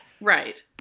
right